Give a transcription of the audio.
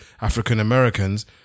African-Americans